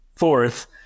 Fourth